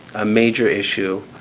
a major issue